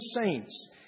saints